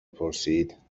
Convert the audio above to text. پرسید